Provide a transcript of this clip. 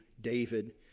David